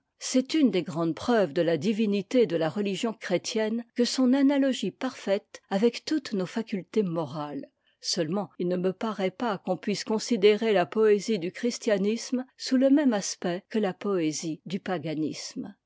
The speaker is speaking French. c'est une des grandes preuves de la divinité de la religion chrétienne que son analogie parfaite avec toutes nos facultés morales seulement il ne me paraît pas qu'on puisse considérer la poésie du christianisme sous le même aspect que la poésie du paganisme